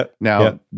Now